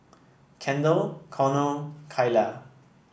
Kendall Cornel and Kaela